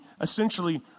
essentially